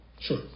Sure